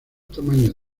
tamaño